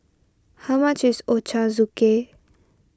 how much is Ochazuke